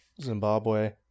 Zimbabwe